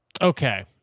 Okay